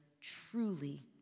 truly